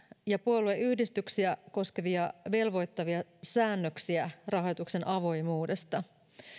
ja puolueyhdistyksiä koskevia velvoittavia säännöksiä rahoituksen avoimuudesta